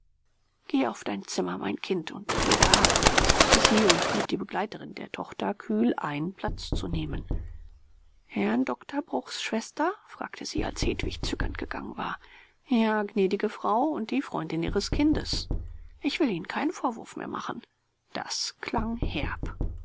geh auf dein zimmer mein kind und lege ab sagte sie und lud die begleiterin der tochter kühl ein platz zu nehmen herrn doktor bruchs schwester fragte sie als hedwig zögernd gegangen war ja gnädige frau und die freundin ihres kindes ich will ihnen keinen vorwurf mehr machen das klang herb